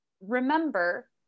remember